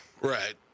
Right